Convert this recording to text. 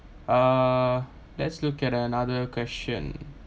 uh let's look at another question